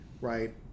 right